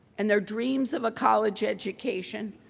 and their dreams of a college education,